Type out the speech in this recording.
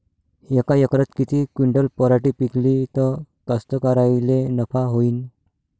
यका एकरात किती क्विंटल पराटी पिकली त कास्तकाराइले नफा होईन?